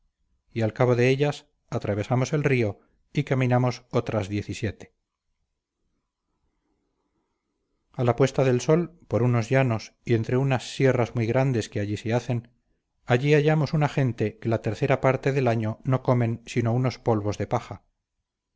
y al cabo de ellas atravesamos el río y caminamos otras diez y siete a la puesta de sol por unos llanos y entre unas sierras muy grandes que allí se hacen allí hallamos una gente que la tercera parte del año no comen sino unos polvos de paja